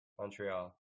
montreal